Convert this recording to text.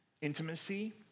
intimacy